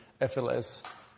FLS